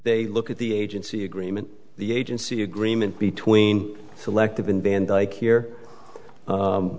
they look at the agency agreement the agency agreement between selective and vandyke here